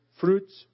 fruits